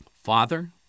Father